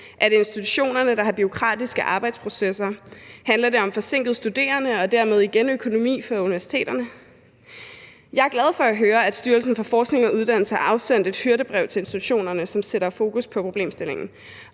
det institutionerne, der har bureaukratiske arbejdsprocesser; handler det om forsinkede studerende og dermed igen om økonomi for universiteterne? Jeg er glad for at høre, at Styrelsen for Forskning og Uddannelse har afsendt et hyrdebrev til institutionerne, som sætter fokus på problemstillingen.